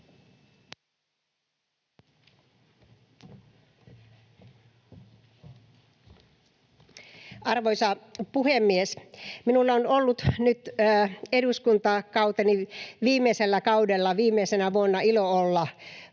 Arvoisa puhemies! Minulla on ollut nyt eduskuntakauteni viimeisellä kaudella viimeisenä vuonna ilo olla mukana